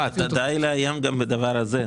כדאי לאיים גם בדבר הזה.